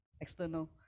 external